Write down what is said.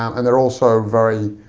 um and they're also very